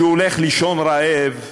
כשהוא הולך לישון רעב,